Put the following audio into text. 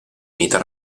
meta